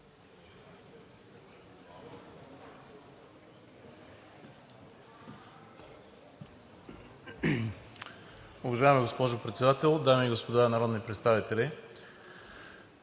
Уважаема госпожо Председател, дами и господа народни представители!